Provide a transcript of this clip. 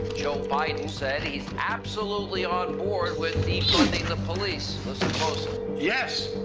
joe biden says he's absolutely on board with defunding the police. listen closely. yes,